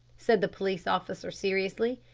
said the police officer seriously.